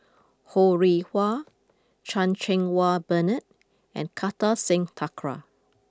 Ho Rih Hwa Chan Cheng Wah Bernard and Kartar Singh Thakral